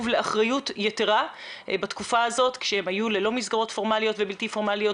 לאחריות יתרה בתקופה הזאת כשהם היו ללא מסגרות פורמליות ובלתי פורמליות,